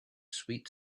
sweet